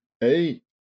hey